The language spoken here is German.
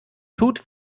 tut